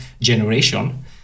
generation